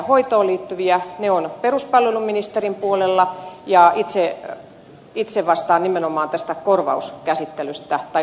ne ovat peruspalveluministerin puolella ja itse vastaan nimenomaan tästä korvaus käsittelystä tai